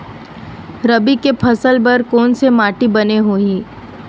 रबी के फसल बर कोन से माटी बने होही?